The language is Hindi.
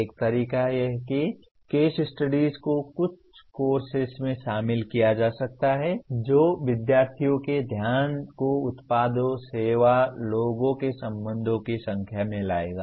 एक तरीका यह है कि केस स्टडीज को कुछ कोर्सेस में शामिल किया जा सकता है जो विद्यार्थियों के ध्यान को उत्पादों सेवा लोगों के संबंधों की संख्या में लाएगा